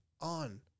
on